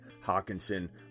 Hawkinson